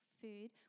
food